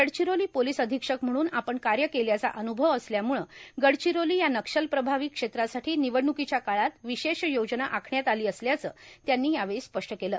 Gadchiroli police अधिक्षक म्हणून आपण कार्य केल्याचा अनुभव असल्यामुळं गडचिरोली या नक्षलप्रभावी क्षेत्रासाठी निवडणुकीच्या काळात विशेष योजना आखण्यात आली असल्याचं त्यांनी यावेळी स्पष्ट केलं